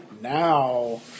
Now